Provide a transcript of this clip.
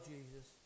Jesus